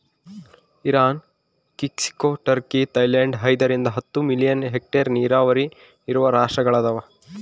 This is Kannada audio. ಇರಾನ್ ಕ್ಸಿಕೊ ಟರ್ಕಿ ಥೈಲ್ಯಾಂಡ್ ಐದರಿಂದ ಹತ್ತು ಮಿಲಿಯನ್ ಹೆಕ್ಟೇರ್ ನೀರಾವರಿ ಇರುವ ರಾಷ್ಟ್ರಗಳದವ